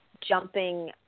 jumping